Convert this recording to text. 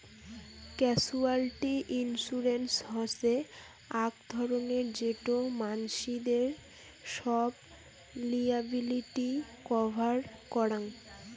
casualty insurance হসে আক ধরণের যেটো মানসিদের সব লিয়াবিলিটি কভার করাং